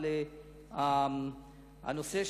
על הנושא,